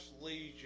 Legion